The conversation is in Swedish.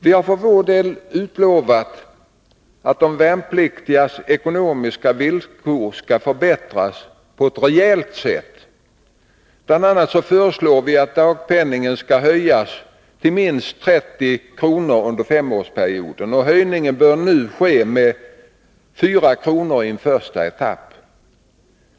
Vi har för vår del utlovat att de värnpliktigas ekonomiska villkor skall förbättras på ett rejält sätt. Bl. a. föreslår vi att dagpenningen skall höjas till minst 30 kr. under femårsperioden. Höjning bör nu ske med 4 kr. i en första etapp.